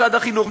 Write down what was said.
משרד החינוך,